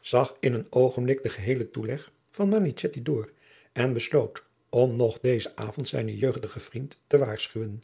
zag in een oogenblik den geheelen toeleg van manichetti door en besloot om nog dezen avond zijnen jeugdigen vriend te waarschuwen